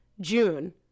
June